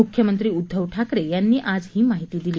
मुख्यमंत्री उद्दव ठाकरे यांनी आज ही माहिती दिली